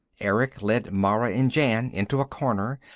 erick led mara and jan into a corner,